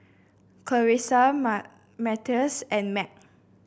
Carisa Matthias and Meg